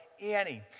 Annie